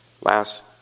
Last